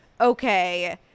Okay